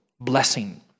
blessing